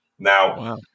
Now